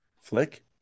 Flick